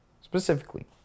Specifically